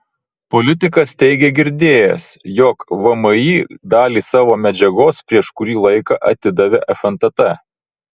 politikas teigė girdėjęs jog vmi dalį savo medžiagos prieš kurį laiką atidavė fntt